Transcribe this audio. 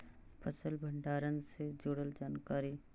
फसल भंडारन से जुड़ल जानकारी?